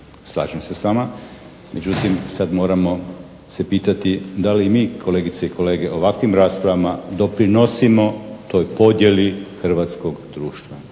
Slažem se s vama, međutim sad moramo se pitati da li mi kolegice i kolege ovakvim raspravama doprinosimo toj podjeli hrvatskog društva.